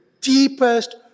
deepest